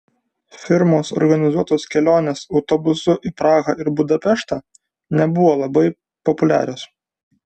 firmos organizuotos kelionės autobusu į prahą ir budapeštą nebuvo labai populiarios